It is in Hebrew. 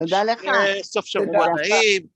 תודה לך, תודה רבה.